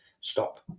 stop